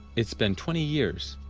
it's been twenty years,